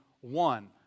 one